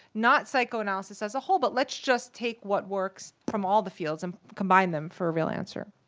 not psychoanalysis as a whole, but let's just take what works from all the fields and combine them for a real answer.